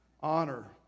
Honor